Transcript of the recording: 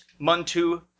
Muntu